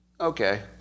okay